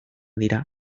dira